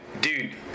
dude